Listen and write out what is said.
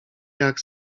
jak